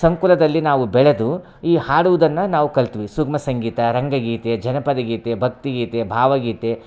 ಸಂಕುಲದಲ್ಲಿ ನಾವು ಬೆಳೆದು ಈ ಹಾಡುವುದನ್ನು ನಾವು ಕಲಿತ್ವಿ ಸುಗಮ ಸಂಗೀತ ರಂಗ ಗೀತೆ ಜನಪದಗೀತೆ ಭಕ್ತಿಗೀತೆ ಭಾವಗೀತೆ